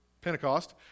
Pentecost